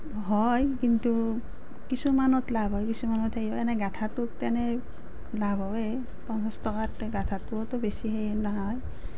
হয় কিন্তু কিছুমানত লাভ হয় কিছুমানত এনে গাঠাটোত এনেই লাভ হয় পঞ্চাছ টকা গাঠাটোওতো বেছি হেই নহয়